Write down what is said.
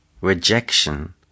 rejection